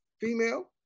female